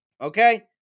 Okay